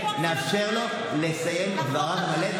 נאפשר לו לסיים את דבריו באופן מלא,